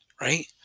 right